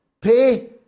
pay